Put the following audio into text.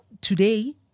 today